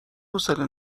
حوصله